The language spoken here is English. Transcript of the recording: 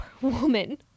woman